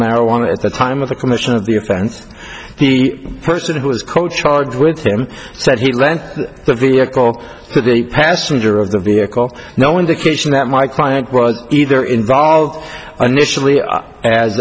marijuana at the time of the commission of the offense he person who is co charged with him said he lent the vehicle to the passenger of the vehicle no indication that my client was either involved a nationally as